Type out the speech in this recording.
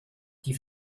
die